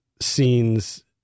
scenes